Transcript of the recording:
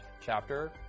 chapter